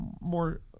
more